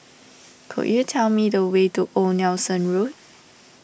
could you tell me the way to Old Nelson Road